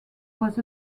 was